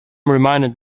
reminded